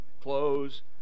clothes